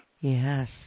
Yes